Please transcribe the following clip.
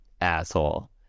asshole